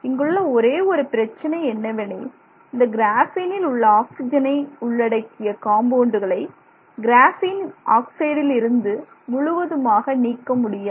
இங்குள்ள ஒரே ஒரு பிரச்சனை என்னவெனில் இந்த கிராஃபீனில் உள்ள ஆக்சிஜனை உள்ளடக்கிய காம்பவுண்டுகளை கிராஃபீன் ஆக்சைடில் இருந்து முழுவதுமாக நீக்க முடியாது